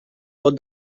vot